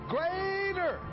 Greater